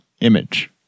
image